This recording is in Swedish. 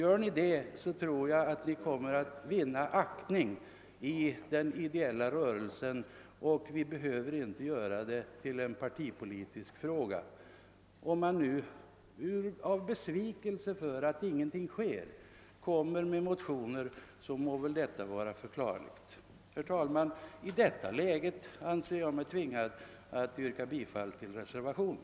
Om ni gör det, tror jag att ni kommer att vinna den ideella rörelsens aktning, och vi behöver därmed inte göra denna fråga till partipolitisk. Om man nu i besvikelsen över att ingenting sker kommer med motioner i ämnet, må detta vara förklarligt. | Herr talman! I detta läge anser jag mig tvingad att yrka bifall till reservationerna.